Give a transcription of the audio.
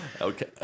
Okay